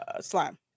slime